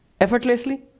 effortlessly